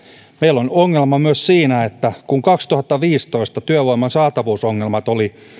meillä on ongelma myös siinä että kaksituhattaviisitoista työvoiman saatavuusongelmat olivat